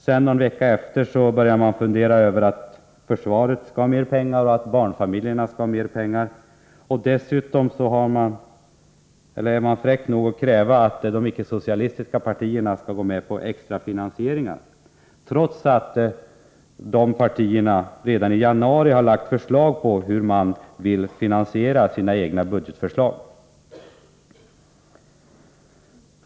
Efter någon vecka börjar man fundera över att försvaret skall ha mer pengar och att barnfamiljerna skall ha mer pengar. Dessutom är regeringen fräck nog att kräva att de icke-socialistiska partierna skall gå med på extra finansiering, trots att de partierna redan i januari lagt fram förslag på hur de vill finansiera sina egna budgetförslag.